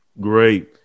Great